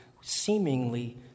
seemingly